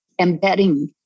embedding